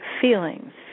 feelings